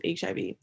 HIV